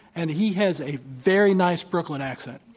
and he has a very nice brooklyn accent.